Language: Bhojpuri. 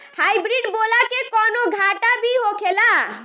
हाइब्रिड बोला के कौनो घाटा भी होखेला?